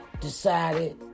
decided